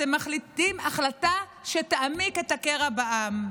אתם מחליטים החלטה שתעמיק את הקרע בעם.